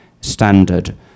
standard